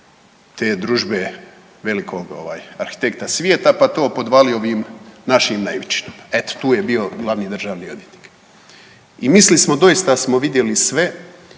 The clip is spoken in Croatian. te družbe velikog arhitekta svijeta, pa to podvalio ovim našim naivčinama. Eto tu je bio glavni državni odvjetnik. I mislili smo doista smo vidjeli sve,